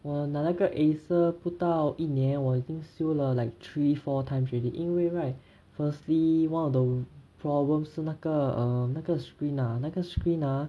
我拿那个 Acer 不到一年我已经修了 like three four times already 因为 right firstly one of the problems 是那个 err 那个 screen 啊那个 screen ah